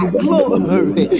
glory